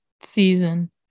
season